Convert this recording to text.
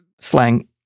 slang